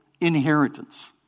inheritance